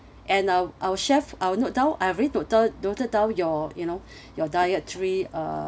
and uh our chef I will note down I've already noted noted down your you know your dietary err